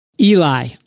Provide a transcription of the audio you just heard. Eli